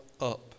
up